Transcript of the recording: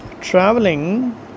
traveling